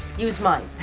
use mine.